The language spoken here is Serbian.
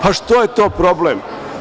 Pa, što je to problem?